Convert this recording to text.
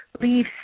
Leave